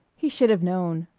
he should have known!